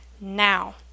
now